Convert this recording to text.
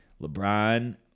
LeBron